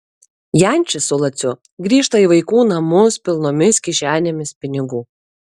jančis su laciu grįžta į vaikų namus pilnomis kišenėmis pinigų